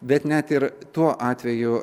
bet net ir tuo atveju